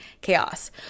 chaos